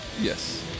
Yes